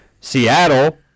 Seattle